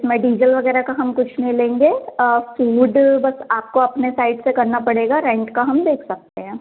मैं डीजल वग़ैरह का हम कुछ नहीं लेंगे फूड बस आपको अपने साइड से करना पड़ेगा रेंट का हम देख सकते हैं